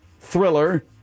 Thriller